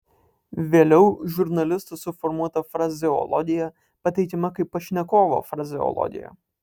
vėliau žurnalisto suformuota frazeologija pateikiama kaip pašnekovo frazeologija